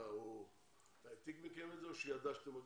הוא העתיק את זה מכם או שהוא ידע שאתם מגישים?